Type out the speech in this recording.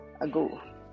ago